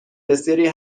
بسیاری